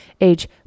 age